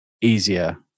easier